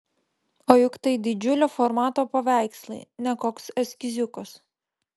o juk tai didžiulio formato paveikslai ne koks eskiziukas